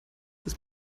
ist